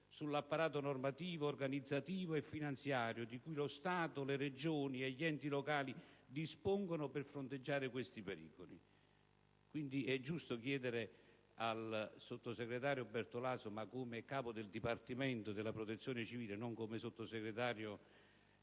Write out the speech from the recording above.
sull'apparato normativo, organizzativo e finanziario di cui lo Stato, le Regioni e gli enti locali dispongono per fronteggiare tali pericoli. È giusto, quindi, chiedere al sottosegretario Bertolaso qualcosa in più, ma come Capo del Dipartimento della protezione civile, non come Sottosegretario